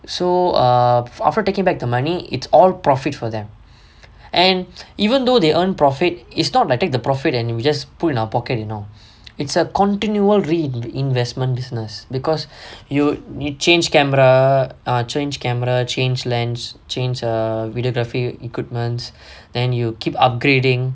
so err after taking back the money it's all profit for them and even though they earn profit it's not like take the profit and you just put in our pockets you know it's a continual real investment business because you need change camera err change camera change lens change err videography equipments then you keep upgrading